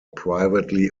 privately